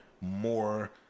More